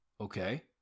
okay